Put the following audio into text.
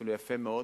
אפילו יפה מאוד.